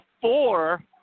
four